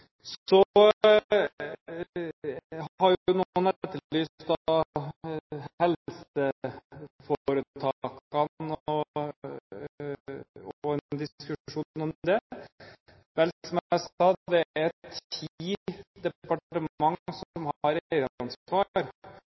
Så har noen etterlyst helseforetakene og en diskusjon